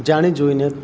જાણી જોઈને